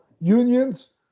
unions